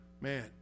man